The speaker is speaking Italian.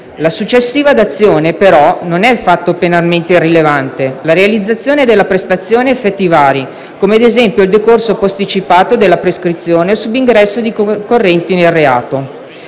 La successiva dazione, però, non è fatto penalmente irrilevante: la realizzazione della prestazione ha effetti vari, come ad esempio il decorso posticipato della prescrizione o il subingresso di concorrenti nel reato.